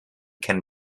can